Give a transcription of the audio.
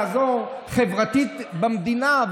לעזור חברתית במדינה.